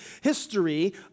History